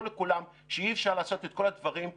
לכולם שאי אפשר לעשות בבת אחת את כל הדברים שפרופ'